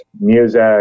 music